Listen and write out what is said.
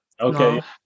Okay